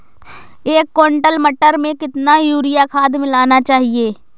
एक कुंटल मटर में कितना यूरिया खाद मिलाना चाहिए?